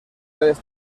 redes